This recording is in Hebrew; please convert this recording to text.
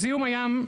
זיהום הים,